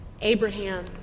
Abraham